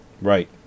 Right